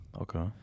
Okay